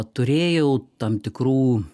turėjau tam tikrų